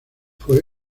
fue